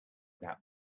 that